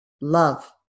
love